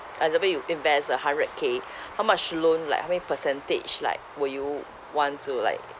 uh example you invest a hundred K how much loan like how many percentage like will you want to like